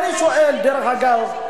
דרך אגב,